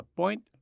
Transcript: point